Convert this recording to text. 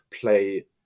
play